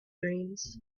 dreams